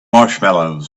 marshmallows